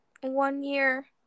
one-year